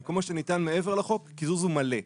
כל מה שניתן מעבר לחוק הקיזוז הוא מלא.